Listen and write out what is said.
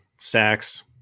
sacks